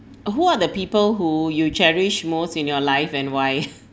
uh who are the people who you cherish most in your life and why